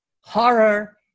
horror